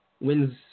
wins